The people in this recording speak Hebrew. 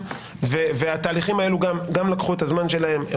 התהליכים האלה לקחו את הזמן שלהם.